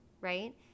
right